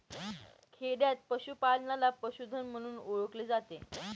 खेडयांत पशूपालनाला पशुधन म्हणून ओळखले जाते